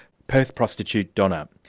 perth prostitute donna.